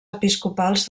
episcopals